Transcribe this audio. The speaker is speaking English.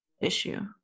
issue